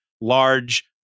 large